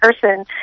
person